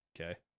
Okay